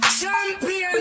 Champion